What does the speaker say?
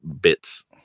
bits